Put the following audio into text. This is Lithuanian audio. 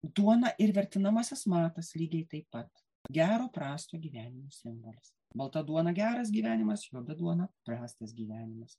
duona ir vertinamasis matas lygiai taip pat gero prasto gyvenimo simbolis balta duona geras gyvenimas juoda duona prastas gyvenimas